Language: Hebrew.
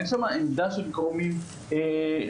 אין שם עמדה של גורמים חיצוניים.